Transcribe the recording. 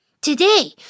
Today